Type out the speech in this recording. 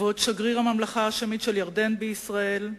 כבוד שגריר הממלכה ההאשמית של ירדן בישראל,